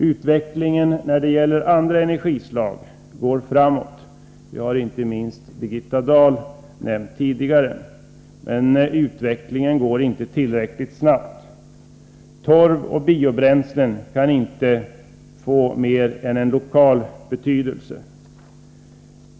Utvecklingen när det gäller andra energislag går framåt — det har inte minst Birgitta Dahl nämnt tidigare. Men utvecklingen går inte tillräckligt snabbt. Torv och biobränslen kan inte få mer än lokal betydelse.